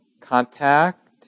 contact